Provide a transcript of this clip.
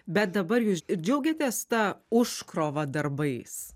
bet dabar jūs džiaugiatės ta užkrova darbais